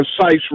precise